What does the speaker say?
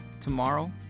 tomorrow